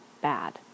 bad